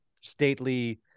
stately